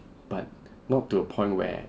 but not to a point where